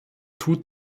tut